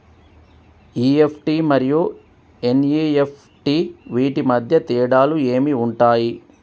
EFT మరియు NEFT వీటి మధ్య తేడాలు ఏమి ఉంటాయి?